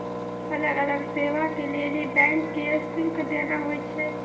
अलग अलग सेवा के लेली बैंक के शुल्क देना होय छै